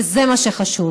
וזה מה שחשוב.